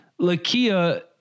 Lakia